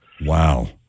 Wow